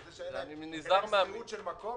זה שאין להם שכירות של מקום,